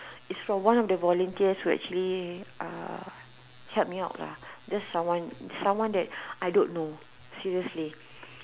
it's for one of the volunteers who actually uh help me out lah just someone someone that I don't know seriously